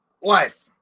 wife